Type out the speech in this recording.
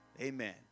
Amen